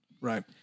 right